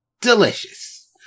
delicious